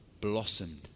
blossomed